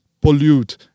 pollute